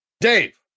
Dave